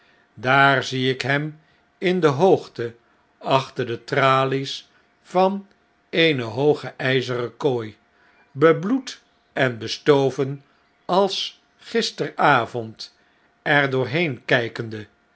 daar zie ik hem in de hoogte achter de tralies van eene hooge ijzeren kooi bebloed en bestoven als gisteravond er doorheen kh'kende